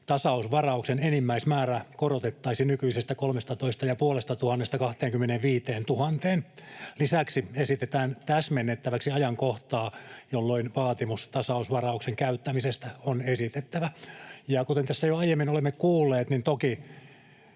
tasausvarauksen enimmäismäärä korotettaisiin nykyisestä 13 500:sta 25 000:een. Lisäksi esitetään täsmennettäväksi ajankohtaa, jolloin vaatimus tasausvarauksen käyttämisestä on esitettävä. Ja kuten tässä jo aiemmin olemme kuulleet, niin toki